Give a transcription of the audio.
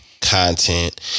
content